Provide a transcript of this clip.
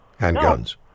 handguns